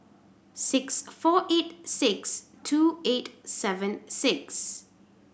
six four eight six two eight seven six